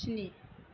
स्नि